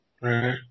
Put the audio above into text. right